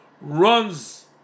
runs